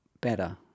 better